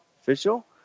official